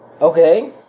okay